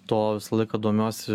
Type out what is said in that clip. to visą laiką domiuosi